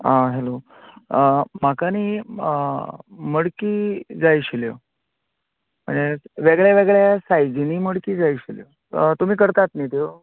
आं हॅलो म्हाका न्ही मडकी जाय आशिल्ल्यो यें वेगळे वेगळे सायजीनी मडकी जाय आशिल्ल्यो तुमी करतात न्ही त्यो